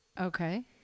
Okay